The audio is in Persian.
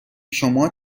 شما